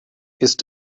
ist